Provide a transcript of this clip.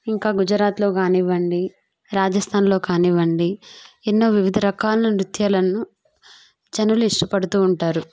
ఇంకా గుజరాత్లో కానివ్వండి రాజస్థాన్లో కానివ్వండి ఎన్నో వివిధ రకాల నృత్యాలలను జనులు ఇష్టపడుతూ ఉంటారు